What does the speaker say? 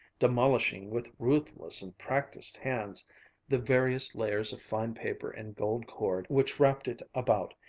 demolishing with ruthless and practised hands the various layers of fine paper and gold cord which wrapped it about,